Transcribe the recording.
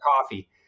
coffee